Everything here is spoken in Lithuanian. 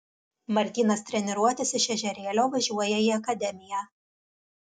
martynas treniruotis iš ežerėlio važiuoja į akademiją